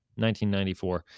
1994